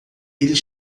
eles